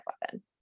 weapon